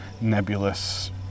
nebulous